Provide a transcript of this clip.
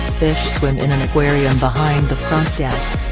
fish swim in an aquarium behind the front desk.